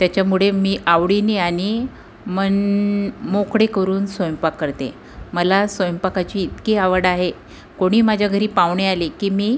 त्याच्यामुळे मी आवडीनी आणि मनमोकळे करून स्वयंपाक करते मला स्वयंपाकाची इतकी आवड आहे कोणी माझ्या घरी पाहुणे आले की मी